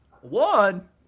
One